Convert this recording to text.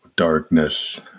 darkness